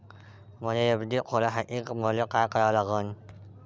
मले एफ.डी खोलासाठी मले का करा लागन?